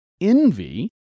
envy